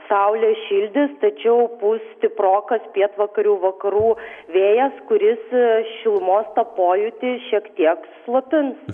saulė šildys tačiau pūs stiprokas pietvakarių vakarų vėjas kuris šilumos tą pojūtį šiek tiek slopins